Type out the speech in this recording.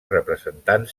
representant